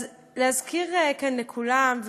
אז להזכיר כאן לכולם,